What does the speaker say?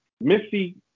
Missy